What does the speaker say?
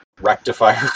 Rectifier